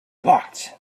locked